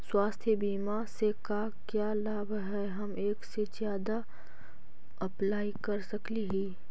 स्वास्थ्य बीमा से का क्या लाभ है हम एक से जादा अप्लाई कर सकली ही?